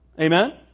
Amen